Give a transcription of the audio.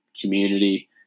community